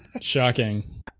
Shocking